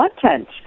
content